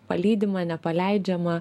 palydima nepaleidžiama